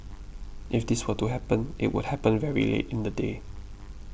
if this were to happen it would happen very late in the day